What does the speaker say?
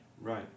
Right